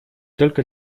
только